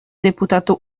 deputato